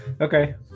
Okay